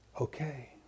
Okay